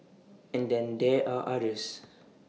and then there are others